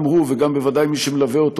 גם הוא וגם בוודאי מי שמלווה אותו,